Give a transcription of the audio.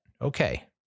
okay